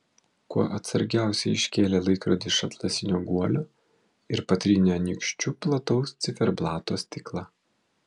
kuo atsargiausiai iškėlė laikrodį iš atlasinio guolio ir patrynė nykščiu plataus ciferblato stiklą